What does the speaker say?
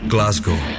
Glasgow